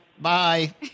Bye